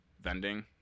vending